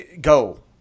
go